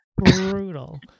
Brutal